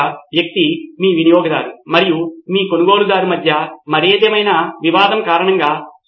కాబట్టి ఉపాధ్యాయుడు తరగతిలో బోధించేటప్పుడు ప్రతి ఒక్కరూ నోట్స్ను తీసుకుంటుంటే ఉపాధ్యాయుడు నోట్స్లను తోటివారితో పంచుకోవడం సాధారణంగా తక్కువ సమయం పడుతుంది